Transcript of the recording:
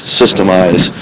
systemize